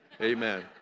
Amen